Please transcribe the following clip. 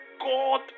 God